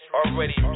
already